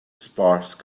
sparse